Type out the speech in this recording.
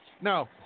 No